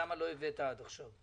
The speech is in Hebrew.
למה לא הבאת עד עכשיו.